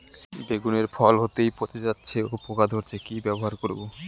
বেগুনের ফল হতেই পচে যাচ্ছে ও পোকা ধরছে কি ব্যবহার করব?